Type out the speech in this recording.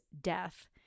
death